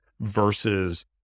versus